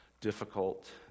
difficult